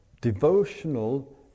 devotional